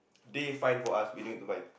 they find for us we no need to find